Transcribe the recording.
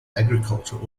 agriculture